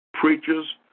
Preachers